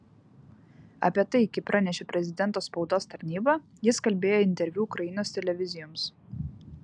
apie tai kaip pranešė prezidento spaudos tarnyba jis kalbėjo interviu ukrainos televizijoms